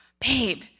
babe